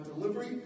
delivery